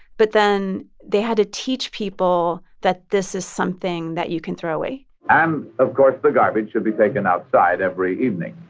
but then they had to teach people that this is something that you can throw away and, um of course, the garbage should be taken outside every evening